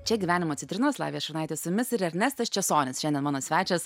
čia gyvenimo citrinos lavija šurnaitė su jumis ir ernestas česonis šiandien mano svečias